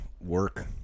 work